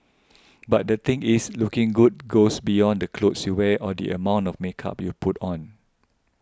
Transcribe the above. but the thing is looking good goes beyond the clothes you wear or the amount of makeup you put on